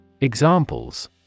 Examples